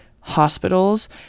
hospitals